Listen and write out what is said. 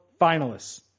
finalists